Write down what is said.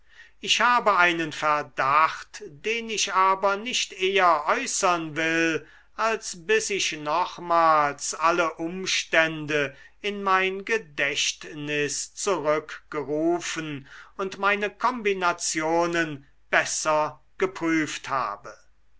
ich habe einen verdacht den ich aber nicht eher äußern will als bis ich nochmals alle umstände in mein gedächtnis zurückgerufen und meine kombinationen besser geprüft habe